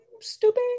stupid